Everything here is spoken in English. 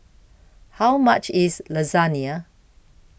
How much IS Lasagna